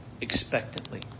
expectantly